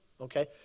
Okay